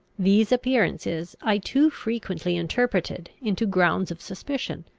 these appearances i too frequently interpreted into grounds of suspicion,